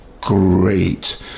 great